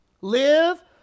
Live